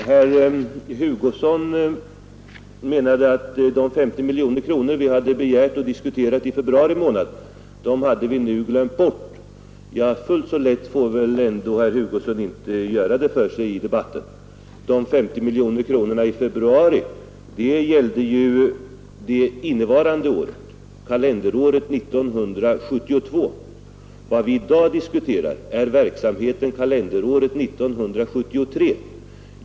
Herr talman! Herr Hugosson menade att de 50 miljoner kronor som vi hade begärt och diskuterat i februari månad hade vi nu glömt bort. Fullt så lätt får väl herr Hugosson ändå inte göra det för sig i debatten. De 50 miljonerna i februari gällde ju det innevarande året, kalenderåret 1972. Vad vi i dag diskuterar är verksamheten under kalenderåret 1973.